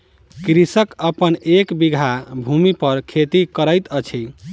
कृषक अपन एक बीघा भूमि पर खेती करैत अछि